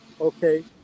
Okay